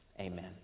amen